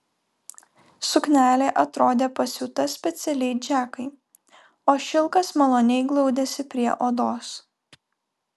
suknelė atrodė pasiūta specialiai džekai o šilkas maloniai glaudėsi prie odos